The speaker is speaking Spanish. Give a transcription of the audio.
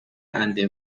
ante